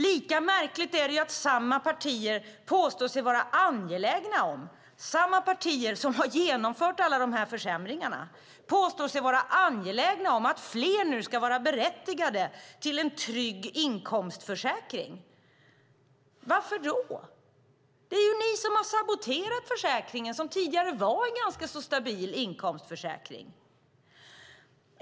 Lika märkligt är det att samma partier som har genomfört alla de här försämringarna påstår sig vara angelägna om att fler nu ska vara berättigade till en trygg inkomstförsäkring. Varför då? Det är ju ni som har saboterat försäkringen, som tidigare var en ganska stabil inkomstförsäkring.